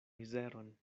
mizeron